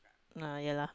no ya lah